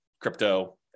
crypto